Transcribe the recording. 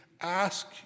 ask